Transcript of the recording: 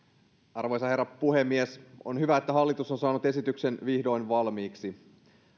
arvoisa herra puhemies on hyvä että hallitus on saanut esityksen vihdoin valmiiksi